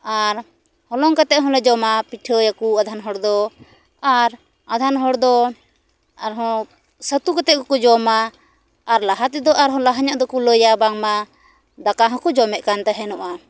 ᱟᱨ ᱦᱚᱞᱚᱝ ᱠᱟᱛᱮᱫ ᱦᱚᱞᱮ ᱡᱚᱢᱟ ᱯᱤᱴᱷᱟᱹᱭᱟᱠᱚ ᱟᱫᱷᱮᱱ ᱦᱚᱲ ᱫᱚ ᱟᱨ ᱟᱫᱷᱮᱱ ᱦᱚᱲ ᱫᱚ ᱟᱨᱦᱚᱸ ᱪᱷᱟᱹᱛᱩ ᱠᱟᱛᱮᱫ ᱜᱮᱠᱚ ᱡᱚᱢᱟ ᱟᱨ ᱞᱟᱦᱟ ᱛᱮᱫᱚ ᱟᱨᱦᱚᱸ ᱞᱟᱦᱟ ᱧᱚᱜ ᱫᱚᱠᱚ ᱞᱟᱹᱭᱟ ᱵᱟᱝᱢᱟ ᱫᱟᱠᱟ ᱦᱚᱠᱚ ᱡᱚᱢᱮᱫ ᱠᱟᱱ ᱛᱟᱦᱮᱱᱚᱜᱼᱟ